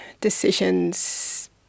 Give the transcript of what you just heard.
decisions